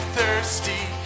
thirsty